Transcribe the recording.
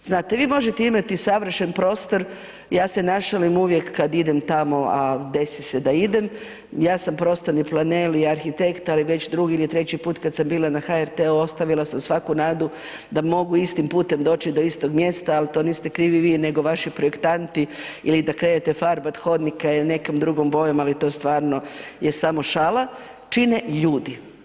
Znate, vi možete imati savršen prostor, ja se našalim uvijek kad idem tamo, a desi se da idem, ja sam prostorni planer i arhitekta ali već drugi ili treći put kada sam bila na HRT-u ostavila sam svaku nadu da mogu istim putem doći do istog mjesta, ali to niste krivi vi nego vaši projektanti ili da krenete farbati hodnika nekom drugom bojom, ali to je stvarno šala, čine ljudi.